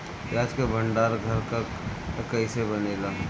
प्याज के भंडार घर कईसे बनेला?